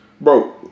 Bro